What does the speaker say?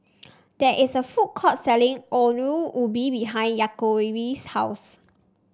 there is a food court selling Ongol Ubi behind Yaakov's house